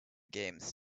games